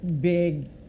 big